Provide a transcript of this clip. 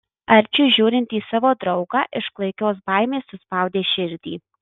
arčiui žiūrint į savo draugą iš klaikios baimės suspaudė širdį